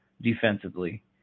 defensively